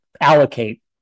allocate